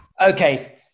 Okay